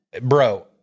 bro